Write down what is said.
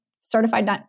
certified